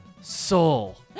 soul